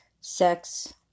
Sex